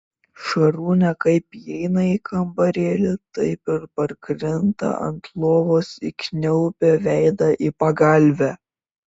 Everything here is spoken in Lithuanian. šarūnė kaip įeina į kambarėlį taip ir parkrinta ant lovos įkniaubia veidą į pagalvę